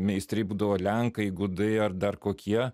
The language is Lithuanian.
meistrai būdavo lenkai gudai ar dar kokie